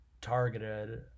targeted